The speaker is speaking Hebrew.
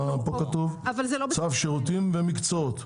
פה כתוב צו שירותים ומקצועות.